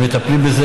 הם מטפלים בזה,